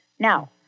Now